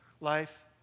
Life